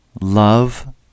love